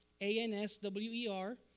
A-N-S-W-E-R